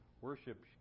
Worship